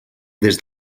des